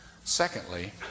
Secondly